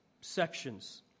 sections